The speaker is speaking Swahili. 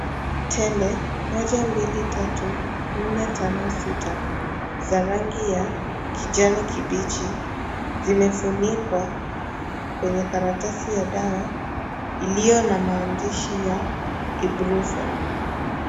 Tembe, moja, mbili, tatu, nne, tano, sita za rangi ya kijani kibichi, zimefunikwa kwenye karatasi ya dawa, iliyo na maandishi ya (cs)brufen(cs).